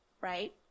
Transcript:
Right